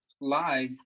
live